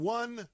one